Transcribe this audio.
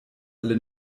alle